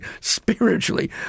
spiritually